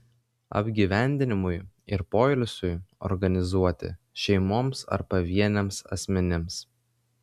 apgyvendinimui ir poilsiui organizuoti šeimoms ar pavieniams asmenims